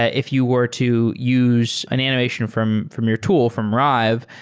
ah if you were to use an animation from from your tool, from rive,